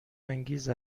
انگیز